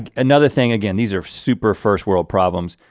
and another thing again, these are super first world problems,